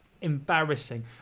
embarrassing